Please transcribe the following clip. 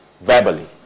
verbally